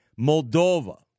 Moldova